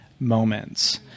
moments